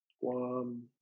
Guam